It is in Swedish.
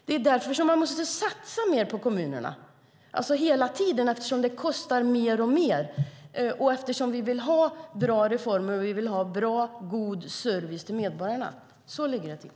Det är därför man måste satsa mer på kommunerna hela tiden eftersom det kostar alltmer och vi vill ha bra reformer och god service till medborgarna. Så ligger det till.